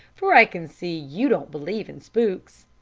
for i can see you don't believe in spooks.